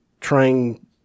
Trying